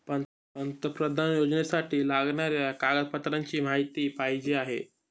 पंतप्रधान योजनेसाठी लागणाऱ्या कागदपत्रांची माहिती पाहिजे आहे